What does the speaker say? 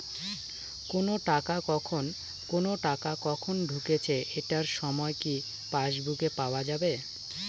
কোনো টাকা কখন ঢুকেছে এটার সময় কি পাসবুকে পাওয়া যাবে?